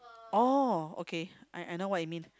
oh okay I I know what you mean